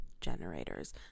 generators